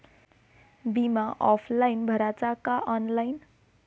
बिमा ऑफलाईन भराचा का ऑनलाईन?